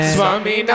Swami